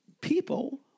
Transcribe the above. people